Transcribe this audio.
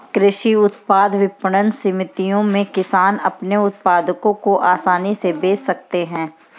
कृषि उत्पाद विपणन समितियों में किसान अपने उत्पादों को आसानी से बेच सकते हैं